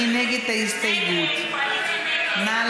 מי